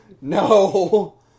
No